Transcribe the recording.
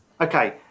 Okay